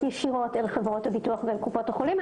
ישירות לחברות הביטוח וקופות החולים.